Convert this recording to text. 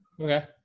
okay